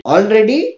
Already